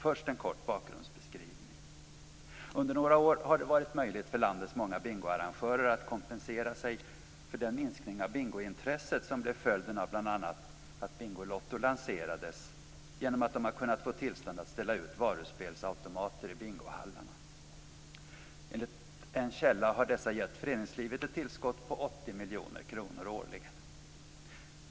Först en kort bakgrundsbeskrivning. Under några år har det varit möjligt för landets många bingoarrangörer att kompensera sig för den minskning av bingointresset som blev följden av att bl.a. Bingolotto lanserades genom att de har kunnat få tillstånd att ställa ut varuspelsautomater i bingohallarna. Enligt en källa har dessa gett föreningslivet ett tillskott på 80 miljoner kronor årligen.